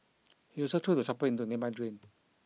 he also threw the chopper into a nearby drain